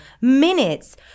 minutes